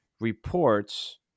reports